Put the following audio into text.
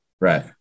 Right